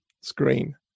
screen